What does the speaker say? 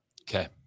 Okay